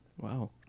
wow